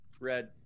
Red